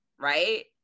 right